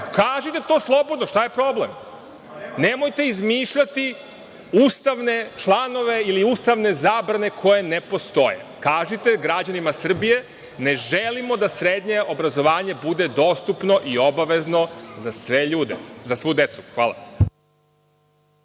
Kažite to slobodno, šta je problem? Nemojte izmišljati ustavne članove ili ustavne zabrane koje ne postoje. Kažite građanima Srbije – ne želimo da srednje obrazovanje bude dostupno i obavezno za sve ljude, za svu decu. Hvala.